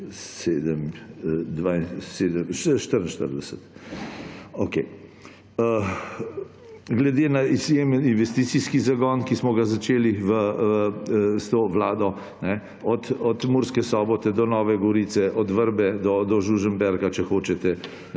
800 in 960, jaz imam 944. Glede na izjeme investicijski zagon, ki smo ga začeli s to vlado, od Murske Sobote do Nove Gorice, od Vrbe do Žužemberka, če hočete,